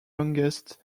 longest